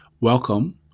Welcome